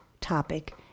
topic